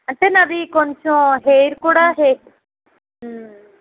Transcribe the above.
అంటే నాది కొంచెం హెయిర్ కూడా హె